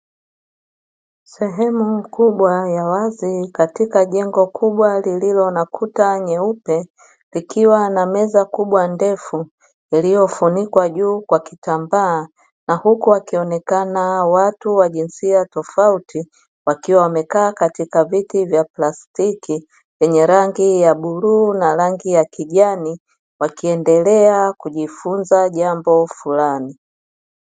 Sehemu kubwa ya wazi katika jengo kubwa lililo na kuta nyeupe likiwa anameza kubwa ndefu iliyofunikwa juu kwa kitambaa na huku wakionekana watu wa jinsia tofauti wakiwa wamekaa katika viti vya plastiki vyenye rangi ya bluu na rangi ya kijani wakiendelea kujifunza jambo fulani.